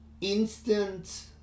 instant